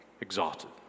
exalted